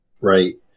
right